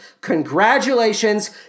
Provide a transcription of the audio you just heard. Congratulations